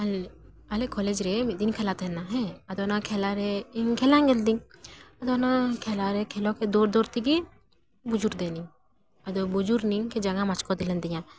ᱟᱞᱮ ᱠᱚᱞᱮᱡᱽ ᱨᱮ ᱢᱤᱫ ᱫᱤᱱ ᱠᱷᱮᱞᱟ ᱛᱟᱦᱮᱸ ᱞᱮᱱᱟ ᱦᱮᱸ ᱟᱫᱚ ᱚᱱᱟ ᱠᱷᱮᱞᱟ ᱨᱮ ᱤᱧ ᱠᱷᱮᱞᱟ ᱧᱮᱞ ᱞᱮᱫᱟᱹᱧ ᱟᱫᱚ ᱚᱱᱟ ᱠᱷᱮᱞᱟ ᱨᱮ ᱠᱷᱮᱞᱚ ᱠᱚ ᱫᱟᱹᱲ ᱫᱟᱹᱲ ᱛᱮᱜᱮ ᱵᱩᱡᱩᱜ ᱛᱟᱦᱮᱭᱮᱱᱟᱹᱧ ᱟᱫᱚ ᱵᱩᱡᱩᱨ ᱮᱱᱟᱹᱧ ᱠᱮ ᱡᱟᱸᱜᱟ ᱢᱚᱡᱠᱟᱣ ᱞᱮᱱ ᱛᱤᱧᱟᱹ